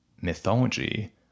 mythology